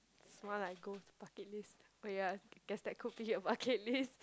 it's more like bucket list oh ya guess that could be a bucket list